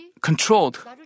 controlled